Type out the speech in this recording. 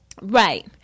Right